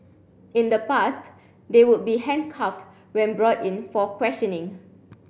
in the past they would be handcuffed when brought in for questioning